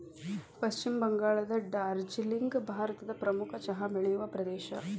ಪಶ್ಚಿಮ ಬಂಗಾಳದ ಡಾರ್ಜಿಲಿಂಗ್ ಭಾರತದ ಪ್ರಮುಖ ಚಹಾ ಬೆಳೆಯುವ ಪ್ರದೇಶ